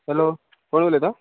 hello कोण उलयता